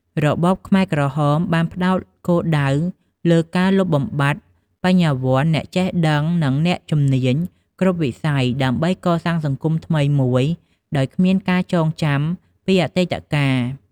របបខ្មែរក្រហមបានផ្តោតគោលដៅលើការលុបបំបាត់បញ្ញវន្ត អ្នកចេះដឹង និងអ្នកជំនាញគ្រប់វិស័យ ដើម្បីកសាងសង្គមថ្មីមួយដោយគ្មានការចងចាំពីអតីតកាល។